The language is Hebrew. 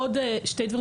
עוד שני דברים